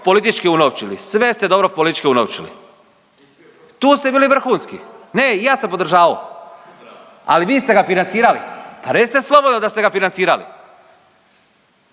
politički unovčili, sve ste dobro politički unovčili. Tu ste bili vrhunski. .../Upadica se ne čuje./... Ne, i ja sam podržavao, ali vi ste ga financirali, pa recite slobodno da ste ga financirali.